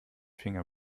finger